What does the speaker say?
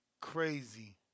Crazy